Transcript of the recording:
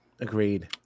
Agreed